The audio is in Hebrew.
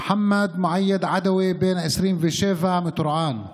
מחמוד מואיד עדווי, בן 27, מטורעאן,